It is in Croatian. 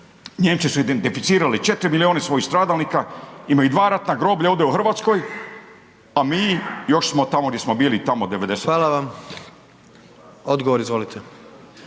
Nijemci su identificirali 4 milijuna svojih stradalnika, imaju 2 ratna groblja ovdje u Hrvatskoj, a mi još smo tamo gdje smo tamo '90. **Jandroković,